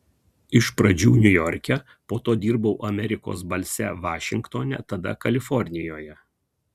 iš pradžių niujorke po to dirbau amerikos balse vašingtone tada kalifornijoje